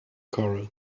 corral